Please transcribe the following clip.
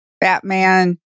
Batman